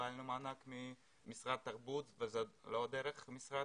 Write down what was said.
קיבלנו מענק ממשרד התרבות ולא דרך משרד